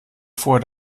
vor